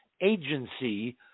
agency